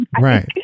right